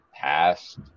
past